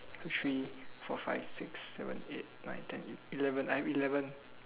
three four five six seven eight nine ten eleven I'm eleven